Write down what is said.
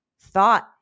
thought